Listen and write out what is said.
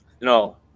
No